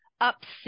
upset